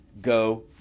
go